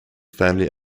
family